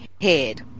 head